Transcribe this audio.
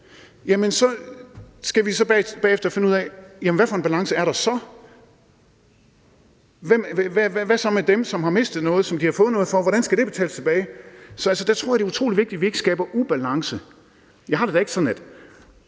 ud, skal vi så bagefter finde ud af: Hvad for en balance er der så, og hvad så med dem, som har mistet noget, som de ikke har fået noget for? Hvordan skal det så betales tilbage? Så der tror jeg, det er utrolig vigtigt, at vi ikke skaber ubalance. Jeg har det da ikke sådan, at